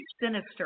sinister